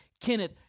Kenneth